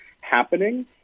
happening